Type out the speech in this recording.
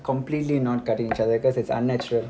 completely not cutting each other because it's unnatural